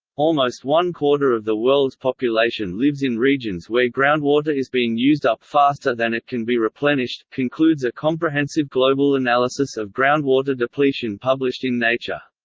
almost one-quarter of the world's population lives in regions where groundwater is being used up faster than it can be replenished, concludes a comprehensive global analysis of groundwater depletion published in nature.